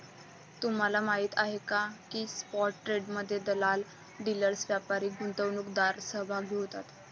तुम्हाला माहीत आहे का की स्पॉट ट्रेडमध्ये दलाल, डीलर्स, व्यापारी, गुंतवणूकदार सहभागी होतात